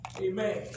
Amen